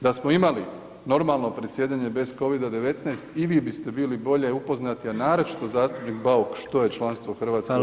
Da smo imali normalno predsjedanje bez Covid-19 i vi biste bili bolje upoznati, a naročito zastupnik Bauk što je članstvo u RH u EU.